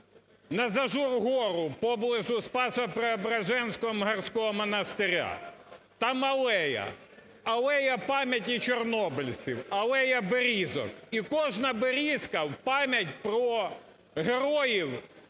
на Зажур-гору поблизу Спасо-Преображенського Мгарського монастиря. Там алея, алея пам'яті чорнобильців, алея берізок, і кожна берізка в пам'ять про героїв,